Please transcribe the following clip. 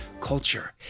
culture